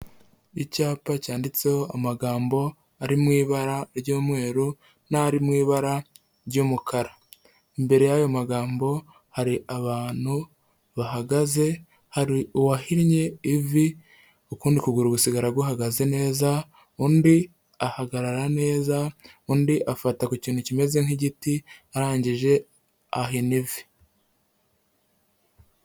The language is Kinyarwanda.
Icyapa cyanditseho amagambo ari mu ibara ry'umweru n'ari mu ibara ry'umukara, imbere y'ayo magambo hari abantu bahagaze, hari uwahinnye ivi ukundi ukuguru gusigara buhagaze neza, undi ahagarara neza, undi afata ku kintu kimeze nk'igiti arangije ahina ivi.